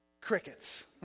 Crickets